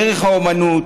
דרך האומנות,